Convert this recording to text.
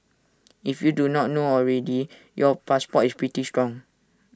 if you do not know already your passport is pretty strong